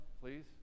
please